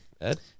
Ed